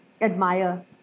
admire